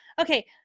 okay